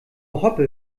hoppe